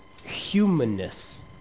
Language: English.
humanness